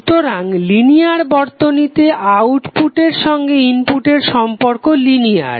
সুতরাং লিনিয়ার বর্তনীতে আউটপুট এর সঙ্গে ইনপুটের সম্পর্ক লিনিয়ার